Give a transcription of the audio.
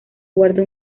guarda